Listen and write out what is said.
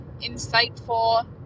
insightful